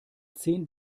zehn